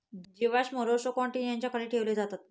जीवाश्म रोस्ट्रोकोन्टि याच्या खाली ठेवले जातात